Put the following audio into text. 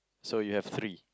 so you have three